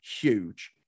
huge